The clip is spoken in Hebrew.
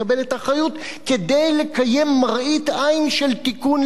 כדי לקיים מראית עין של תיקון ליקויים,